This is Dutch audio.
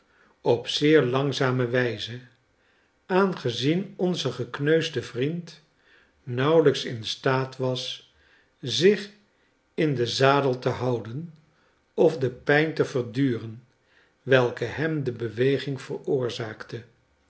op zeer langzame wijze aangezien onze gekneusde vriend nauwelijks in staat was zich in den zadel te houden of de pijn te verduren welke hem de beweging veroorzaakte